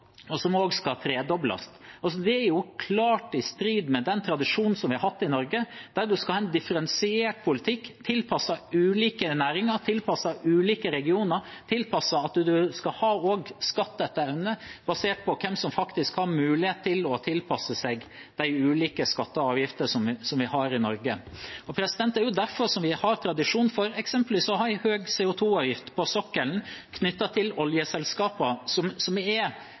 som også skal tredobles. Det er klart i strid med den tradisjonen som vi har hatt i Norge, med at vi skal ha en differensiert politikk tilpasset ulike næringer, tilpasset ulike regioner, tilpasset at en skal betale skatt etter evne – basert på hvem som har mulighet til å tilpasse seg de ulike skattene og avgiftene som vi har i Norge. Det er derfor, som vi har tradisjon for, vi eksempelvis har en høy CO 2 -avgift på sokkelen knyttet til oljeselskapene, som er ressurssterke selskap, som